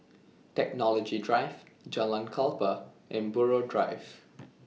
Technology Drive Jalan Klapa and Buroh Drive